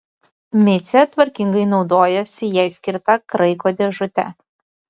micė tvarkingai naudojasi jai skirta kraiko dėžute